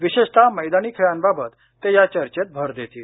विशेषत मैदानी खेळांबाबत ते या चर्चेत भर देतील